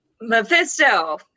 Mephisto